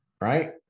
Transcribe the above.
Right